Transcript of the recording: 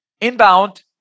Inbound